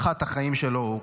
בכה את החיים שלו.